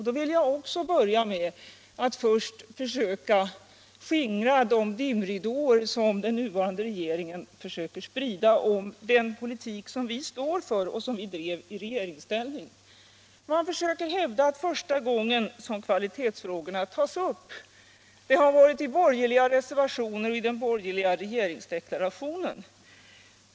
Då vill jag börja med att försöka skingra de dimridåer som den nuvarande regeringen försöker sprida kring den politik som vi står för och som vi drev i regeringsställning. Man försöker hävda att kvalitetsfrågorna första gången togs upp i borgerliga reservationer och i den borgerliga regeringsdeklarationen.